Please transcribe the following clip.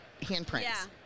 handprints